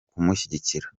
kumushyigikira